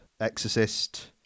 Exorcist